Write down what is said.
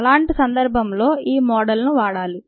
అలాంటి సందర్భంలో ఈ మోడల్నను వాడాలి